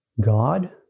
God